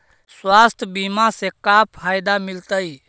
स्वास्थ्य बीमा से का फायदा मिलतै?